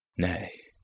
nay,